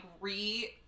re-